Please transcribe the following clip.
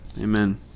Amen